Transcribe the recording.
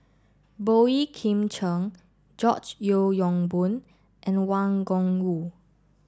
Boey Kim Cheng George Yeo Yong Boon and Wang Gungwu